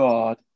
God